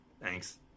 thanks